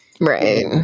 right